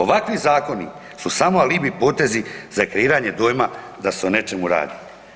Ovakvi zakoni su samo alibi potezi za kreiranje dojma da se o nečemu radi.